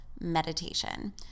meditation